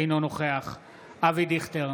אינו נוכח אבי דיכטר,